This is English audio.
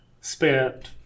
Spent